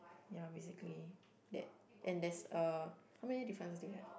ya basically that and there's uh how many difference do you have